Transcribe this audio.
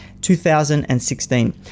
2016